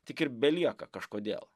tik ir belieka kažkodėl